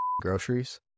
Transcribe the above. groceries